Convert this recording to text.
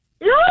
No